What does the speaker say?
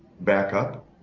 backup